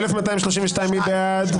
1,237 מי בעד?